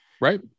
right